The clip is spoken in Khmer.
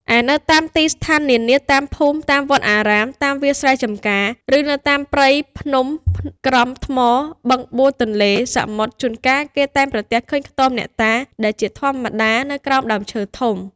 ឯនៅតាមទីស្ថាននានា តាមភូមិ តាមវត្តអារាម តាមវាលស្រែចម្ការ ឬ នៅតាមព្រៃភ្នំក្រំថ្ម បឹងបួរ ទន្លេ សមុទ្រ ជួនកាល គេតែងប្រទះឃើញខ្ទមអ្នកតាដែលជាធម្មតានៅក្រោមដើមឈើធំ។